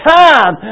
time